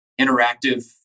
interactive